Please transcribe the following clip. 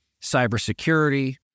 cybersecurity